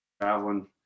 traveling